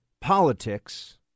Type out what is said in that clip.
politics